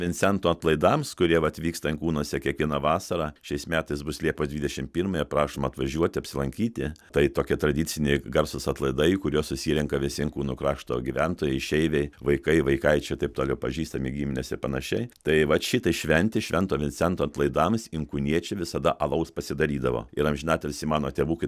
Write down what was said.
vincento atlaidams kurie vat vyksta inkūnuose kiekvieną vasarą šiais metais bus liepos dvidešim pirmąją prašom atvažiuoti apsilankyti tai tokie tradiciniai garsūs atlaidai į kuriuos susirenka visi inkūnų krašto gyventojai išeiviai vaikai vaikaičiai taip toliau pažįstami giminės ir panašiai tai vat šitai šventei švento vincento atlaidams inkūniečiai visada alaus pasidarydavo ir amžiną atilsį mano tėvukai